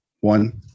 one